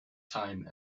time